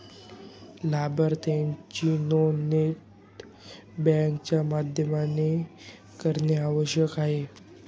लाभार्थीची नोंदणी net banking च्या माध्यमाने करणे आवश्यक आहे